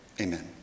Amen